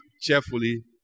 cheerfully